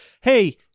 hey